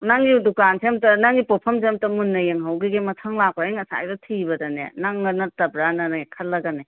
ꯅꯪꯒꯤ ꯗꯨꯀꯥꯟꯁꯦ ꯑꯝꯇ ꯅꯪꯒꯤ ꯄꯣꯠꯐꯝꯁꯦ ꯑꯝꯇ ꯃꯨꯟꯅ ꯌꯦꯡꯍꯧꯈꯤꯒꯦ ꯃꯊꯪ ꯂꯥꯛꯄꯗ ꯑꯩ ꯉꯁꯥꯏꯗ ꯊꯤꯕꯗꯅꯦ ꯅꯪꯂ ꯅꯠꯇꯕ꯭ꯔꯥꯅꯅꯦ ꯈꯜꯂꯒꯅꯦ